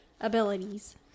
abilities